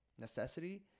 necessity